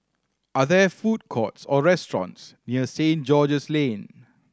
are there food courts or restaurants near Saint George's Lane